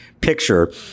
picture